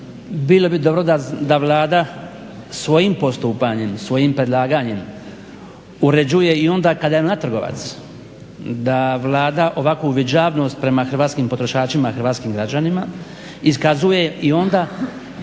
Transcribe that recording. bilo bi dobro da Vlada svojim postupanje, svojim predlaganjem uređuje i onda kada je ona trgovac, da Vlada ovakvu uviđavnost prema hrvatskim potrošačima i hrvatskim građanima iskazuje i onda